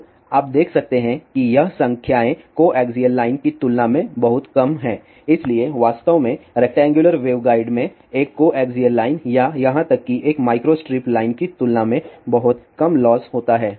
तो आप देख सकते हैं कि ये संख्याएँ कोएक्सिअल लाइन की तुलना में बहुत कम हैं इसलिए वास्तव में रेक्टैंगुलर वेवगाइड में एक कोएक्सिअल लाइन या यहाँ तक कि एक माइक्रोस्ट्रिप लाइन की तुलना में बहुत कम लॉस होता है